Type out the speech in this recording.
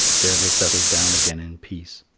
there they settled down again in peace.